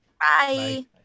Bye